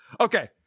Okay